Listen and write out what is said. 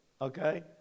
okay